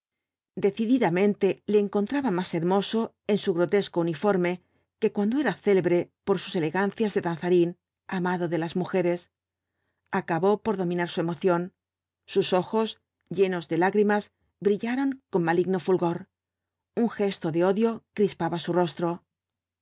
decididamente le encontraba más hermoso en su grotesco uniforme que cuando era célebre por sus elegancias de danzarín amado de las mujeres acabó por dominar su emoción sus ojos llenos de lágrimas brillaron con maligno fulgor un gesto de odio crispaba su rostro